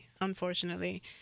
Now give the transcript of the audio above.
unfortunately